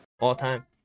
All-time